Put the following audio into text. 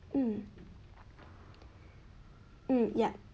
hmm hmm yup